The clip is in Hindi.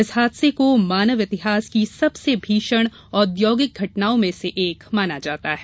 इस हादसे को मानव इतिहास की सबसे भीषण औद्योगिक घटनाओं में से एक माना जाता है